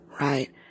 Right